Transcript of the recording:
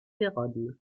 vérone